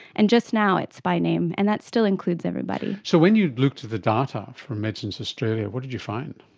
and just now it's by name, and that still includes everybody. so when you look at the data from medicines australia, what did you find?